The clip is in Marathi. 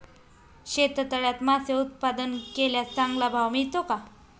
शेततळ्यात मासे उत्पादन केल्यास चांगला भाव मिळतो का?